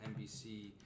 NBC